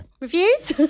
Reviews